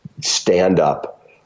stand-up